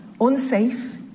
unsafe